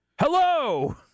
Hello